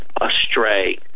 astray